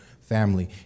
family